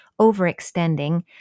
overextending